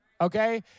okay